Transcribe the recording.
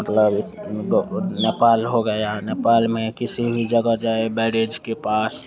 मतलब गो नेपाल हो गया नेपाल में किसी भी जगह जाए बैरिज के पास